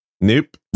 nope